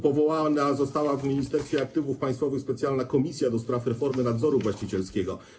Powołana została w Ministerstwie Aktywów Państwowych specjalna Komisja ds. Reformy Nadzoru Właścicielskiego.